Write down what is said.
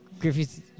Griffey's